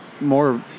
more